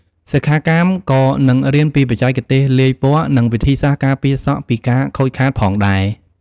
សិក្ខាកាមក៏នឹងរៀនពីបច្ចេកទេសលាយពណ៌ និងវិធីសាស្រ្តការពារសក់ពីការខូចខាតផងដែរ។